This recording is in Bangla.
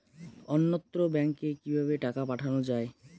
অন্যত্র ব্যংকে কিভাবে টাকা পাঠানো য়ায়?